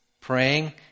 praying